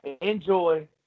Enjoy